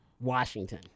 Washington